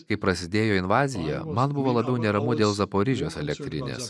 kai prasidėjo invazija man buvo labiau neramu dėl zaporižės elektrinės